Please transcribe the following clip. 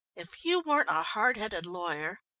if you weren't a hard-headed lawyer,